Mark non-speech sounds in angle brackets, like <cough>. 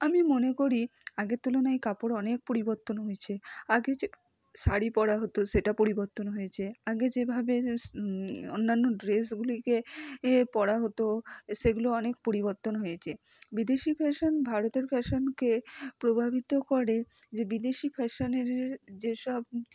আমি মনে করি আগের তুলনায় কাপড় অনেক পরিবর্তন হয়েছে আগে যে শাড়ি পরা হতো সেটা পরিবর্তন হয়েছে আগে যেভাবে <unintelligible> অন্যান্য ড্রেসগুলিকে এ পরা হতো সেগুলো অনেক পরিবর্তন হয়েছে বিদেশি ফ্যাশন ভারতের ফ্যাশনকে প্রভাবিত করে যে বিদেশি ফ্যাশনের যে সব